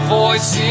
voice